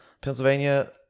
Pennsylvania